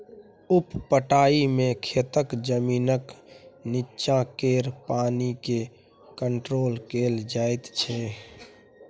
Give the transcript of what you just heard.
उप पटाइ मे खेतक जमीनक नीच्चाँ केर पानि केँ कंट्रोल कएल जाइत छै